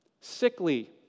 Sickly